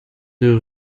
deux